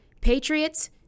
Patriots